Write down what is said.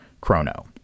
chrono